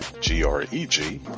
G-R-E-G